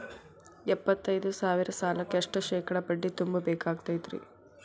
ಎಪ್ಪತ್ತೈದು ಸಾವಿರ ಸಾಲಕ್ಕ ಎಷ್ಟ ಶೇಕಡಾ ಬಡ್ಡಿ ತುಂಬ ಬೇಕಾಕ್ತೈತ್ರಿ?